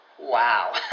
Wow